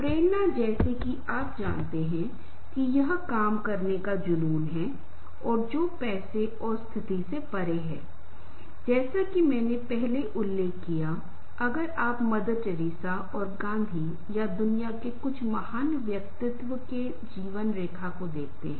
चीजें बहुत ही सहज तरीके से आनी चाहिए और हम लोगों के लिए सहानुभूति होनी चाहिए समान मौका जो हमें देना चाहिए और जो भी फैसला हम इसे अनंतिम तरीके से लेते हैं वह अंतिम और हमेशा के लिए नहीं होना चाहिए